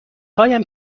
هایم